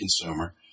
consumer